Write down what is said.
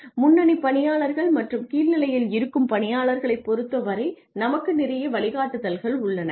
முன்னணி பணியாளர்கள் மற்றும் கீழ் நிலையில் இருக்கும் பணியாளர்களைப் பொருத்தவரை நமக்கு நிறைய வழிகாட்டுதல்கள் உள்ளன